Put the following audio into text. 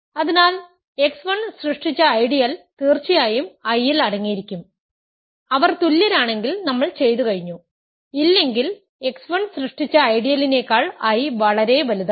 അതിനാൽ x1 സൃഷ്ടിച്ച ideal തീർച്ചയായും I ൽ അടങ്ങിയിരിക്കും അവർ തുല്യരാണെങ്കിൽ നമ്മൾ ചെയ്തു കഴിഞ്ഞു ഇല്ലെങ്കിൽ x 1 സൃഷ്ടിച്ച ഐഡിയലിനേക്കാൾ I വളരെ വലുതാണ്